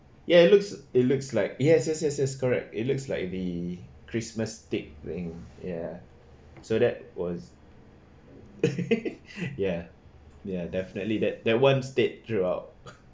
ya it looks it looks like yes yes yes yes correct it looks like the christmas stick thing ya so that was ya ya definitely that that one stayed throughout